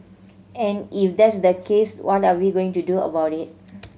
and if that's the case what are we going to do about it